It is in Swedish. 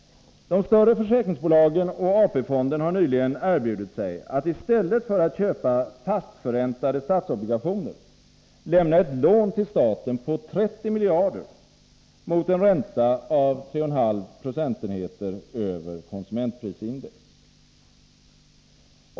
De större försäkringsbolagen och AP-fonden har nyligen erbjudit sig att i stället för att köpa fastförräntade statsobligationer lämna ett lån till staten på 30 miljarder mot en ränta av 3,5 procentenheter över konsumentprisindex.